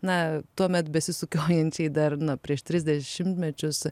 na tuomet besisukiojančiai dar nu prieš tris dešimtmečius